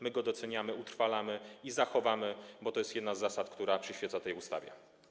My go doceniamy, utrwalamy i zachowujemy, bo to jest jedna z zasad, która przyświeca tej ustawie.